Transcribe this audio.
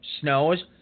snows